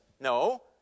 No